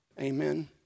amen